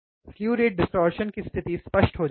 slew rate distortion की स्थिति स्पष्ट हो जाएगी